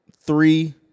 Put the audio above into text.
three